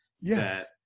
Yes